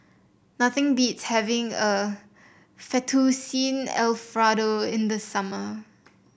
nothing beats having a Fettuccine Alfredo in the summer